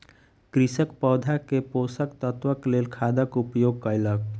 कृषक पौधा के पोषक तत्वक लेल खादक उपयोग कयलक